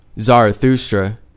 Zarathustra